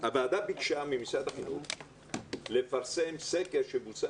הוועדה ביקשה ממשרד החינוך לפרסם סקר שבוצע